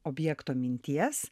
objekto minties